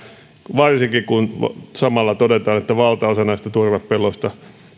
varsinkin kun samalla todetaan että valtaosa näistä turvepelloista